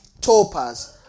topaz